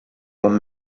con